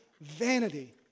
vanity